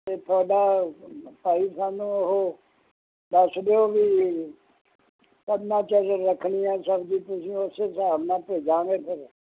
ਅਤੇ ਤੁਹਾਡਾ ਭਾਈ ਸਾਨੂੰ ਉਹ ਦੱਸ ਦਿਓ ਵੀ ਕਰਨਾ ਕਿਆ ਜੇ ਰੱਖਣੀ ਹੈ ਸਬਜ਼ੀ ਤੁਸੀਂ ਉਸ ਹਿਸਾਬ ਨਾਲ ਭੇਜਾਂਗੇ ਫਿਰ